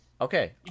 Okay